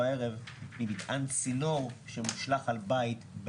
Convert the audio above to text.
מירב בן ארי, יו"ר ועדת ביטחון פנים: